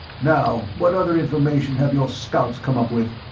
now, what other information have your scouts come up with?